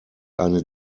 eine